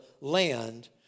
land